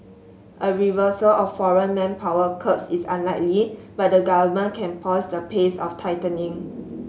a reversal of foreign manpower curbs is unlikely but the government can pause the pace of tightening